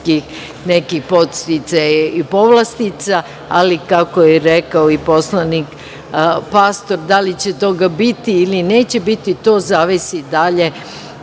nekih podsticaja i povlastica, ali kako je rekao i poslanik Pastor, da li će toga biti ili neće biti, to zavisi dalje